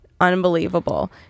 unbelievable